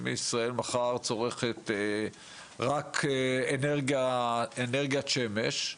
אם ישראל מחר צורכת רק אנרגיית שמש,